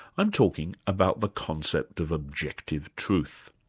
i'm talking about the concept of objective truth.